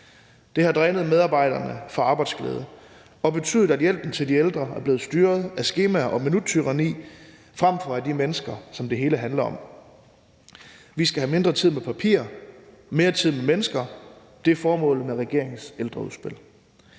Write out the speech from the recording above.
Det har drænet medarbejderne for arbejdsglæde og betydet, at hjælpen til de ældre er blevet styret af skemaer og minuttyranni frem for af de mennesker, som det hele handler om. Vi skal have mindre tid med papir og mere tid med mennesker. Det er formålet med regeringens ældreudspil.